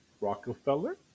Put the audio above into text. Rockefeller